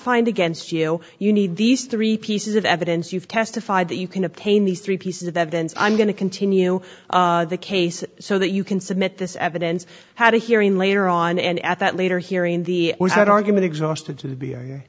find against you you need these three pieces of evidence you've testified that you can obtain these three pieces of evidence i'm going to continue the case so that you can submit this evidence had a hearing later on and at that later hearing the argument exhausted